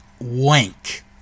wank